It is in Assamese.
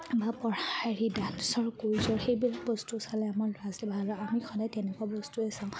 বা পঢ়া হেৰি ডান্সৰ কোৰ্ছ সেইবিলাক বস্তু চালে আমাৰ ল'ৰা ছোৱালী ভাল হ'ব আমি সদায় তেনেকুৱা বস্তুৱে চাওঁ